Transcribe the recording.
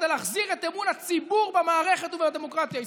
כדי להחזיר את אמון הציבור במערכת ודמוקרטיה הישראלית.